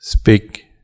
Speak